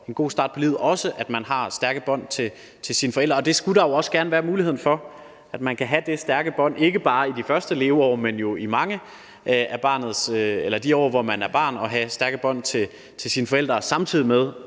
en god start på livet, at man har stærke bånd til sine forældre, og det skulle der jo også gerne være mulighed for at man kan have ikke bare i de første leveår, men jo i mange af de år, hvor man er barn, altså at have stærke bånd til sine forældre. Samtidig med